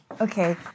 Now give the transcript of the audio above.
Okay